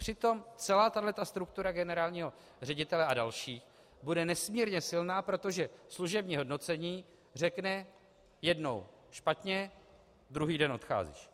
Přitom celá tahle struktura generálního ředitele a dalších bude nesmírně silná, protože služební hodnocení řekne: jednou špatně, druhý den odcházíš.